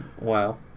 Wow